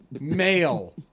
male